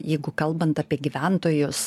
jeigu kalbant apie gyventojus